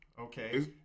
Okay